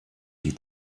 die